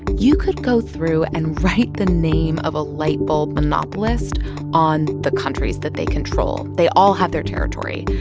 you could go through and write the name of a light bulb monopolist on the countries that they control. they all have their territory,